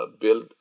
Build